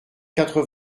quatre